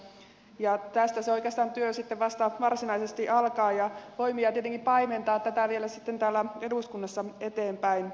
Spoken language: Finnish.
oikeastaan tästä se työ sitten vasta varsinaisesti alkaa ja tietenkin toivon voimia paimentaa tätä vielä sitten täällä eduskunnassa eteenpäin